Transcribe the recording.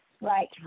Right